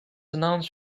announced